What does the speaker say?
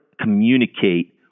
communicate